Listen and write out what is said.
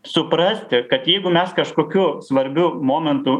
suprasti kad jeigu mes kažkokiu svarbiu momentu